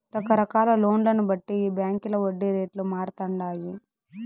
రకరకాల లోన్లను బట్టి ఈ బాంకీల వడ్డీ రేట్లు మారతండాయి